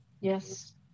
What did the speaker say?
Yes